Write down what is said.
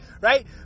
Right